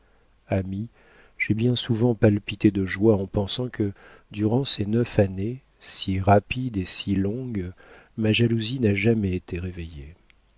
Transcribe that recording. ami j'ai bien souvent palpité de joie en pensant que durant ces neuf années si rapides et si longues ma jalousie n'a jamais été réveillée